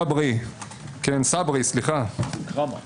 עכרמה סברי,